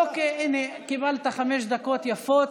אוקיי, הינה, קיבלת חמש דקות יפות.